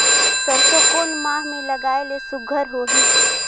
सरसो कोन माह मे लगाय ले सुघ्घर होही?